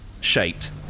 Shaped